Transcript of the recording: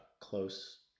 Close